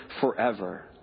forever